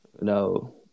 No